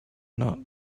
not